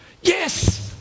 Yes